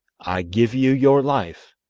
i give you your life,